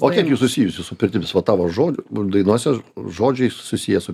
o kiek jų susijusių su pirtimis va tavo žodį dainuose žodžiai susiję su